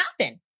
happen